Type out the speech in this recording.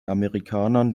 amerikanern